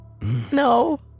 No